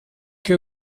que